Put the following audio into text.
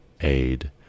aid